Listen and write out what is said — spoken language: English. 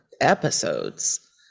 episodes